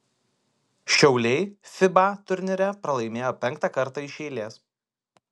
šiauliai fiba turnyre pralaimėjo penktą kartą iš eilės